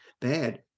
bad